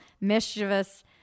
mischievous